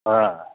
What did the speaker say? अँ